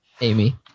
Amy